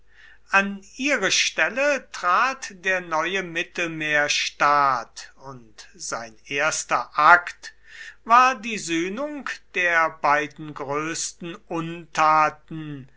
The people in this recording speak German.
an ihre stelle trat der neue mittelmeerstaat und sein erster akt war die sühnung der beiden größten